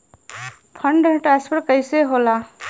Fund transfer कैसे होला?